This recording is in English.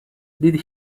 did